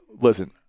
Listen